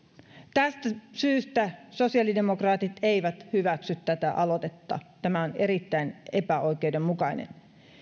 tästä syystä sosiaalidemokraatit eivät hyväksy tätä mallia tämä on erittäin epäoikeudenmukainen